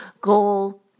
goal